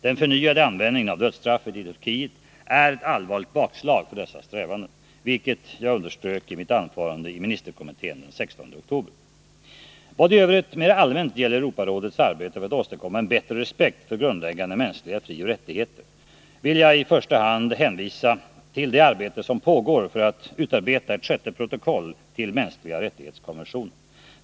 Den förnyade användningen av dödsstraffet i Turkiet är ett allvarligt bakslag för dessa strävanden, vilket jag underströk i mitt anförande i ministerkommittén den 16 oktober. Vad i övrigt mera allmänt gäller Europarådets arbete för att åstadkomma en bättre respekt för grundläggande mänskliga frioch rättigheter vill jag i första hand hänvisa till det arbete som pågår för att utarbeta ett sjätte protokoll till konventionen om de mänskliga rättigheterna.